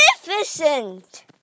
magnificent